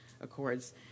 Accords